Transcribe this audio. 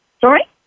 Sorry